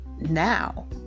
now